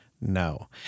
No